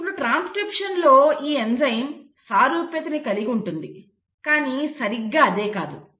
ఇప్పుడు ట్రాన్స్క్రిప్షన్ లో ఈ ఎంజైమ్ సారూప్యత ని కలిగి ఉంటుంది కానీ సరిగ్గా అదే కాదు